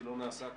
שלא נעשה,